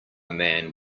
man